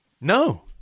No